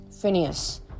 Phineas